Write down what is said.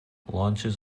launches